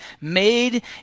made